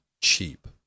cheap